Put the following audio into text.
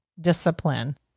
discipline